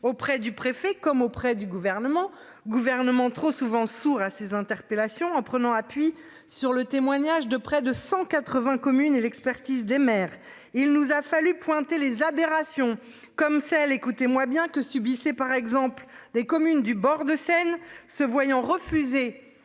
auprès du préfet comme auprès du gouvernement, gouvernement, trop souvent sourd à ces interpellations en prenant appui sur le témoignage de près de 180 communes et l'expertise des mères. Il nous a fallu pointer les aberrations comme celles écoutez-moi bien que subissait par exemple des communes du bord de Seine, se voyant refuser